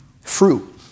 Fruit